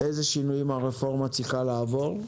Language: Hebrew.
אילו שינויים הרפורמה צריכה לעבור,